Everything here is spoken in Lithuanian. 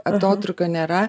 atotrūkio nėra